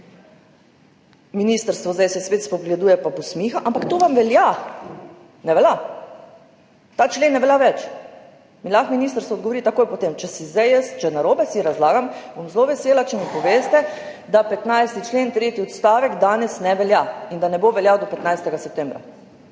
Ministrstvo se zdaj spet spogleduje pa posmiha, ampak to vam velja! Ne velja? Ta člen ne velja več? Ministrstvo mi lahko odgovori takoj po tem. Če si narobe razlagam, bom zelo vesela, če mi poveste, da 15. člen, tretji odstavek, danes ne velja in da ne bo veljal do 15. septembra.